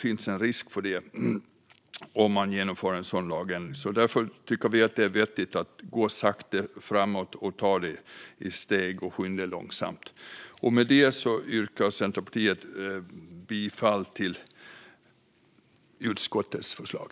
Därför tycker Centerpartiet att det är vettigt att ta det stegvis och skynda långsamt. Jag yrkar bifall till utskottets förslag.